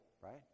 right